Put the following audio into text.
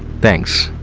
thanks